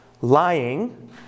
Lying